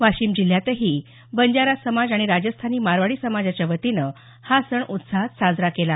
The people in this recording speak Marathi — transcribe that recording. वाशिम जिल्ह्यातही बंजारा समाज आणि राजस्थानी मारवाडी समाजाच्या वतीनं हा सण उत्साहात साजरा केला